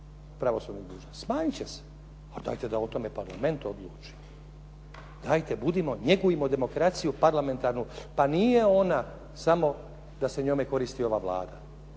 pravosudnih dužnosnika, smanjiti će se, ali dajte da o tome Parlament odluči. Dajte, budimo, njegujmo demokraciju parlamentarnu. Pa nije ona samo da se njome koristi ova Vlada.